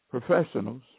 professionals